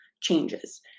changes